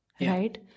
Right